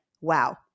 wow